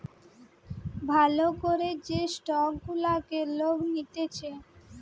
ভাল করে যে স্টক গুলাকে লোক নিতেছে